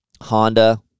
Honda